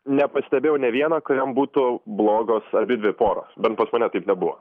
nepastebėjau nė vieno kuriam būtų blogos abidvi poros bent pas mane taip nebuvo